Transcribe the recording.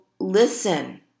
listen